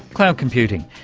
cloud computing.